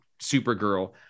supergirl